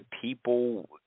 people